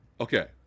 okay